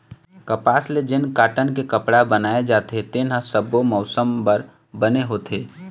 कपसा ले जेन कॉटन के कपड़ा बनाए जाथे तेन ह सब्बो मउसम बर बने होथे